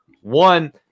one